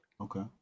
Okay